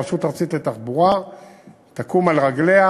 רשות ארצית לתחבורה תקום על רגליה.